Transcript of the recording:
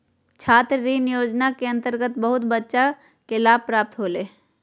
छात्र ऋण योजना के अंतर्गत बहुत बच्चा के लाभ प्राप्त होलय